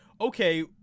okay